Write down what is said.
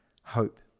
hope